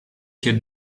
hier